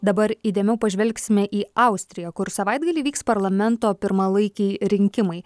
dabar įdėmiau pažvelgsime į austriją kur savaitgalį vyks parlamento pirmalaikiai rinkimai